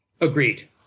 Agreed